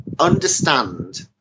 understand